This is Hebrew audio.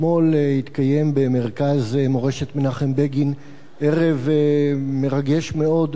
אתמול התקיים במרכז מורשת מנחם בגין ערב מרגש מאוד